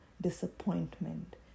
disappointment